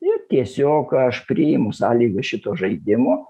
ir tiesiog aš priimu sąlygas šito žaidimo